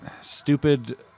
stupid